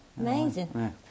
Amazing